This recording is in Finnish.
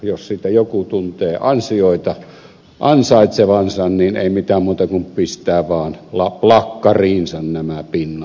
jos siitä joku tuntee ansioita ansaitsevansa niin ei mitään muuta kuin pistää vaan plakkariinsa nämä pinnat